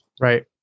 Right